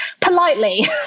politely